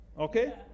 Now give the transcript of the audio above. Okay